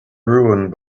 ruined